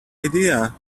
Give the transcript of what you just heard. idea